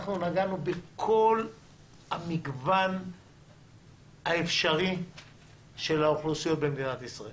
אנחנו נגענו בכל המגוון האפשרי של האוכלוסיות במדינת ישראל.